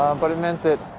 but it meant it